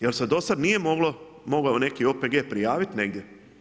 Jer se do sada nije mogao neki OPG prijaviti negdje?